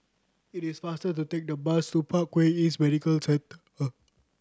it is faster to take the bus to Parkway East Medical Centre